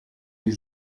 die